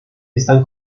están